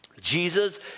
Jesus